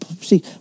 See